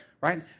right